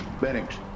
Bennings